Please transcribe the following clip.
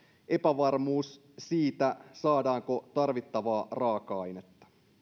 epävarmuus siitä saadaanko tarvittavaa raaka ainetta